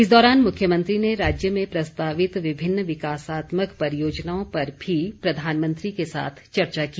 इस दौरान मुख्यमंत्री ने राज्य में प्रस्तावित विभिन्न विकासात्मक परियोजनाओं पर भी प्रधानमंत्री के साथ चर्चा की